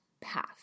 path